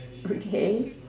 okay